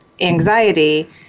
anxiety